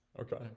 Okay